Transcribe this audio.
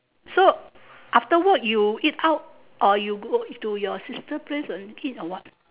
so after work you eat out or you go to your sister place and eat or what